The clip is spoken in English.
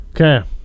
Okay